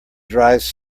dries